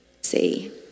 See